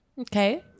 Okay